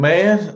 Man